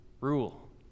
Rule